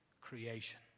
creation